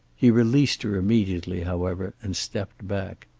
he released her immediately, however, and stepped back.